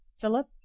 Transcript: Philip